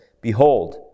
Behold